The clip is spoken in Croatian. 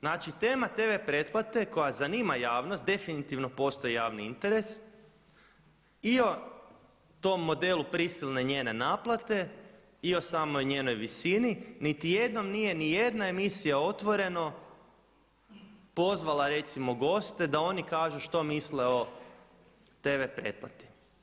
Znači, tema tv pretplate koja zanima javnost, definitivno postoji javni interes i o tom modelu prisilne njene naplate i o samoj njenoj visini niti jednom nije ni jedna emisija Otvoreno pozvala recimo goste da oni kažu što misle o tv pretplati.